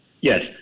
Yes